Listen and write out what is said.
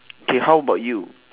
K how about you